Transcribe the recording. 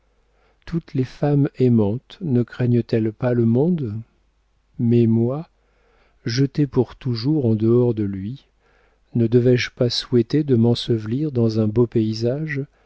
toutes les femmes aimantes ne craignent elles pas le monde mais moi jetée pour toujours en dehors de lui ne devais-je pas souhaiter de m'ensevelir dans un beau paysage